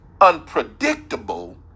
unpredictable